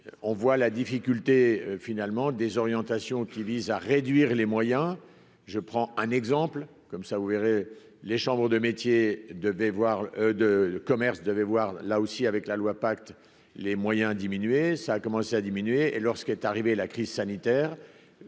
on voit la difficulté finalement des orientations qui vise à réduire les moyens, je prends un exemple comme ça, vous verrez les chambres de métiers, de devoir de commerce devait voir là aussi avec la loi pacte les moyens diminuer ça a commencé à diminuer et lorsqu'est arrivée la crise sanitaire